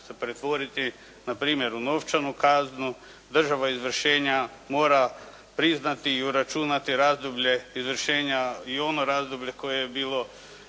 se pretvoriti na primjer u novčanu kaznu. Država izvršenja mora priznati i uračunati razdoblje izvršenja i ono razdoblje koje je bilo